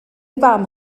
fam